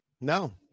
No